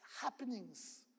happenings